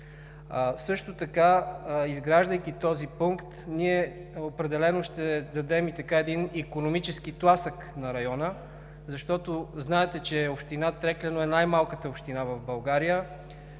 Също така, изграждайки този пункт, ние определено ще дадем и един икономически тласък на района, защото знаете, че община Трекляно е най-малката община в България